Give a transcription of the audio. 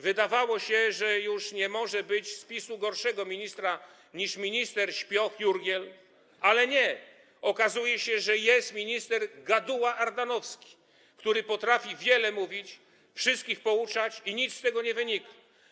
Wydawało się, że już nie może być z PiS-u gorszego ministra, niż minister śpioch Jurgiel, ale nie, okazuje się, że jest minister gaduła Ardanowski, który potrafi wiele mówić, wszystkich pouczać i nic z tego nie wynika.